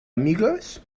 amigues